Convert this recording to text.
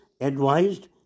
advised